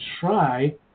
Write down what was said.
try